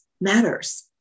matters